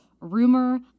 rumor